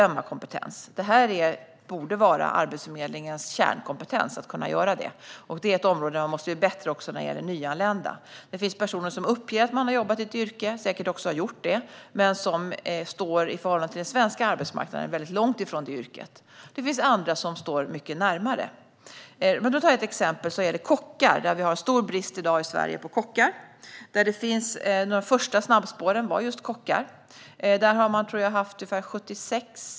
Att kunna göra detta borde vara Arbetsförmedlingens kärnkompetens. Det är dessutom ett område där de borde vara bättre när det gäller nyanlända. Det finns personer som har uppgett att de har arbetat inom ett visst yrke, och har säkert också gjort det, men som i förhållande till den svenska arbetsmarknaden står långt ifrån yrket. Det finns andra som står mycket närmare. Låt mig ta kockar som exempel. I Sverige råder stor brist på kockar i dag. Ett av de första snabbspåren gällde just kockar.